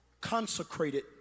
consecrated